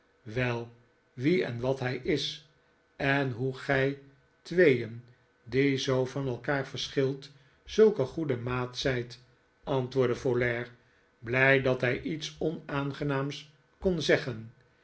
wel wie en wat hij is en hoe gij tweeen die zoo van elkaar verschilt zulke goede maatszijt antwoordde folair blij dat hij iets onaangenaams kon zeggen